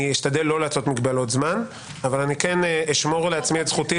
אני אשתדל לא להגביל בזמן אבל אני כן אשמור לעצמי את זכותי